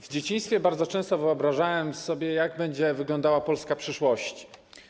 W dzieciństwie bardzo często wyobrażałem sobie, jak będzie wyglądała Polska przyszłości.